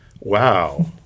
Wow